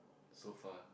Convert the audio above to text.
so far